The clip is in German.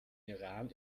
iran